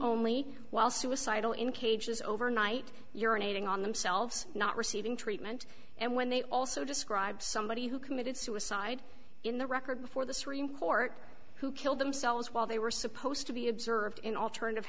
only while suicidal in cages over night urinating on themselves not receiving treatment and when they also describe somebody who committed suicide in the record before the supreme court who killed themselves while they were supposed to be observed in alternative